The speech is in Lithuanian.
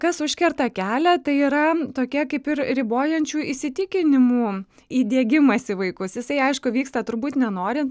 kas užkerta kelią tai yra tokia kaip ir ribojančių įsitikinimų įdiegimas į vaikus jisai aišku vyksta turbūt nenorint